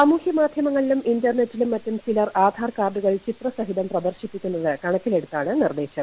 സാമൂഹ്യ മാധ്യമങ്ങളിലും അധികൃതർ ഇന്റർനെറ്റിലും മറ്റും ചിലർ ആധാർ കാർഡുകൾ ചിത്രസഹിതം പ്രദർശിപ്പിക്കുന്നത് കണക്കിലെടുത്താണ് നിർദ്ദേശം